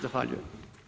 Zahvaljujem.